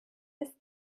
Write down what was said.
ist